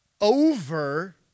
Over